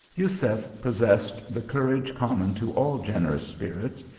jusef possessed the courage common to all gener ous spirits,